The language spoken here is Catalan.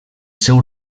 seu